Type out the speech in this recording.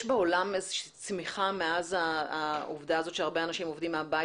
יש בעולם איזה שהיא צמיחה מאז העובדה הזאת שהרבה אנשים עובדים מהבית,